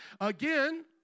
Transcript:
Again